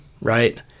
right